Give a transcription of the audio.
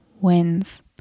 wins